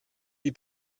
die